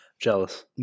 jealous